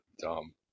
dumb